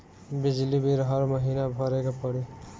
बिजली बिल हर महीना भरे के पड़ी?